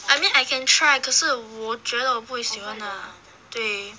I mean I can try 可是我觉得我不会喜欢 ah 对